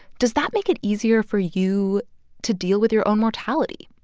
does that make it easier for you to deal with your own mortality?